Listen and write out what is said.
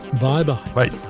Bye-bye